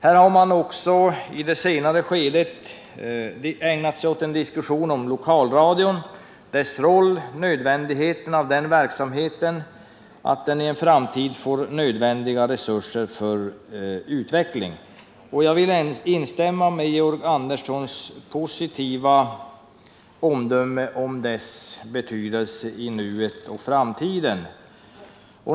Man har i den senare delen av debatten också ägnat sig åt en diskussion om lokalradion, dess roll och nödvändigheten av att den får tillräckliga resurser för att utvecklas. Jag vill instämma i Georg Anderssons positiva omdöme om lokalradions betydelse i nuet och i framtiden.